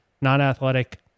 non-athletic